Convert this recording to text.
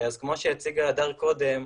כמו שהציגה הדר קודם,